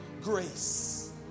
grace